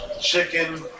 chicken